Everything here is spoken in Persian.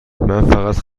فقط